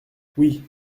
oui